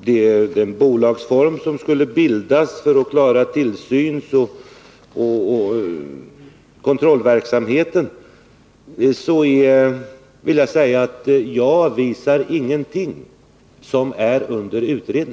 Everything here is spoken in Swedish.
det bolag som skulle bildas för att klara tillsynsoch kontrollverksamheten vill jag säga att jag inte avvisar någonting som ännu inte har utretts.